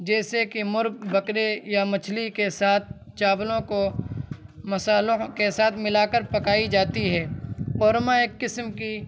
جیسے کہ مرغ بکرے یا مچھلی کے ساتھ چاولوں کو مصالحوں کے ساتھ ملا کر پکائی جاتی ہے قورما ایک قسم کی